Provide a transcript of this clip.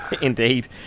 Indeed